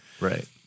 right